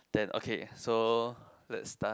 then okay so let's start